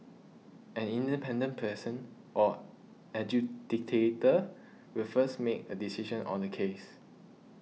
an independent person or adjudicator will first make a decision on the case